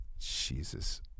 Jesus